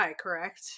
correct